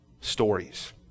stories